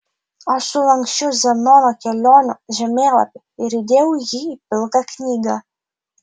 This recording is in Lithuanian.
aš sulanksčiau zenono kelionių žemėlapį ir įdėjau jį į pilką knygą